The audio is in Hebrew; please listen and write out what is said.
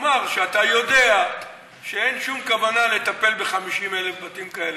תאמר שאתה יודע שאין שום כוונה לטפל ב-50,000 בתים כאלה,